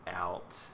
out